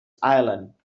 island